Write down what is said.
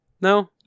No